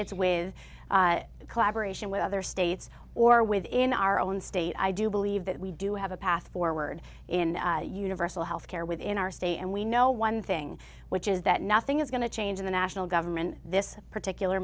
it's with collaboration with other states or within our own state i do believe that we do have a path forward in universal health care within our state and we know one thing which is that nothing is going to change in the national government this particular